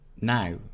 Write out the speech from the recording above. now